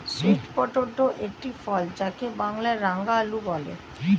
sweet potato একটি ফল যাকে বাংলায় রাঙালু বলে